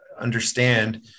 understand